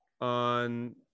on